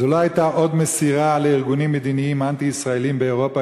זו לא הייתה עוד מסירה לארגונים מדיניים אנטי-ישראליים באירופה,